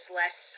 less